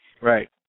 Right